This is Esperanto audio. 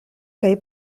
kaj